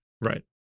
Right